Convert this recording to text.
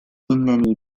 إنني